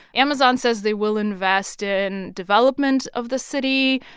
amazon says they will invest in development of the city.